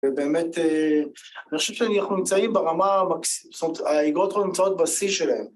ובאמת, אני חושב שאנחנו נמצאים ברמה המקסימה, זאת אומרת, האגרות חוב נמצאות בשיא שלהן.